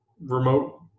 remote